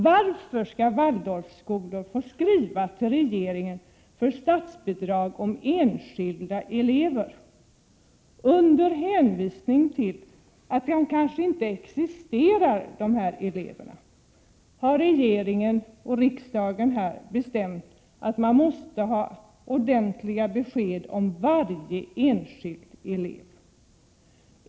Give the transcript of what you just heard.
Varför skall waldorfskolor behöva skriva till regeringen för att få statsbidrag till enskilda elever? Med hänvisning till att dessa elever kanske inte existerar har regeringen och riksdagen bestämt att man måste ha ordentliga besked om varje enskild elev.